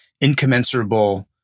incommensurable